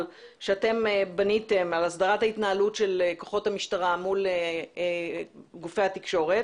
שאתם בניתם על הסדרת ההתנהלות של כוחות המשטרה מול גופי התקשורת,